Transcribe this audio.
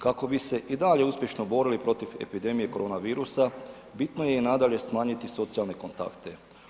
Kako bi se i dalje uspješno borili protiv epidemije korona virusa bitno je i nadalje smanjiti socijalne kontakte.